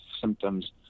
symptoms